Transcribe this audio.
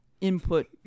input